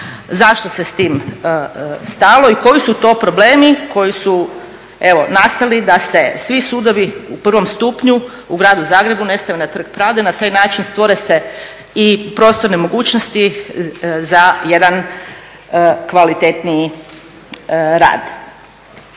zašto se s tim stalo i koji su to problemi koji su evo nastali da se svi sudovi u prvom stupnju u Gradu Zagrebu ne stave na Trg pravde i na taj način stvore se i prostorne mogućnosti za jedan kvalitetniji rad?